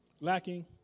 lacking